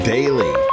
Daily